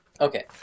Okay